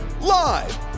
Live